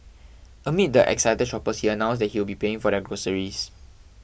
amid the excited shoppers he announced that he would be paying for their groceries